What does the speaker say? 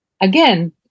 Again